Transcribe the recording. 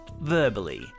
verbally